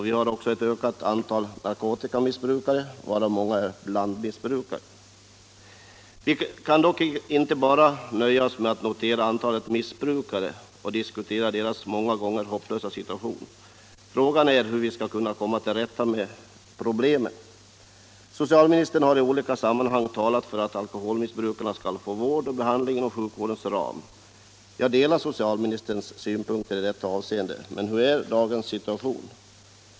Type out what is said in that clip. Vi har också ett ökat antal narkotikamissbrukare, varav många är blandmissbrukare. Vi kan inte bara nöja oss med att notera antalet missbrukare och diskutera deras många gånger hopplösa situation. Frågan är hur vi skall komma till rätta med problemen. Socialministern har i olika sammanhang talat för att alkoholmissbrukarna skall få vård och behandling inom sjukvårdens ram. Jag delar socialministerns uppfattning i detta avseende. Men hur är dagens situation?